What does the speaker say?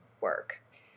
work